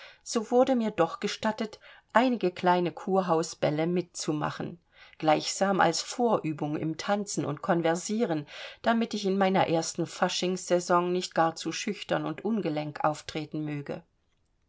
so wurde mir doch gestattet einige kleine kurhausbälle mitzumachen gleichsam als vorübung im tanzen und konversieren damit ich in meiner ersten faschingssaison nicht gar zu schüchtern und ungelenk auftreten möge